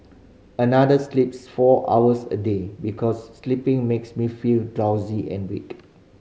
another sleeps four hours a day because sleeping makes me feel drowsy and weak